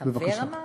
"חבר", אמרת?